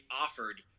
offered